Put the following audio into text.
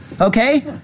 okay